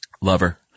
lover